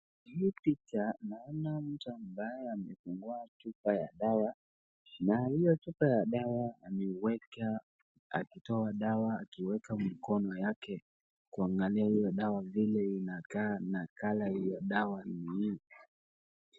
Hii picha naona mtu amabaye amefungua chupa ya dawa, na hiyo chupa ya dawa ameiweka akitoa dawa akiweka mkono yake, kuangalia hiyo dawa vile inavyokaa na colour ya hiyo dawa ni ipi.